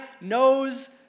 knows